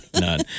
none